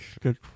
good